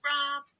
Rob